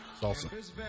salsa